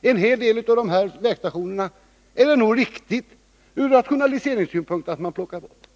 En hel del av dessa vägstationer är det från rationaliseringssynpunkt riktigt att plocka bort.